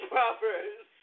Proverbs